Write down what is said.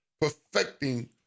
Perfecting